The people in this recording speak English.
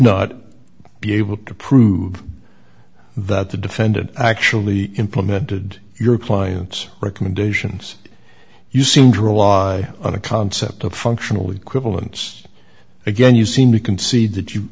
not be able to prove that the defendant actually implemented your client's recommendations you seem to rely on a concept of functional equivalents again you seem to concede that you